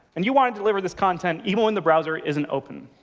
and you want to deliver this content even when the browser isn't open.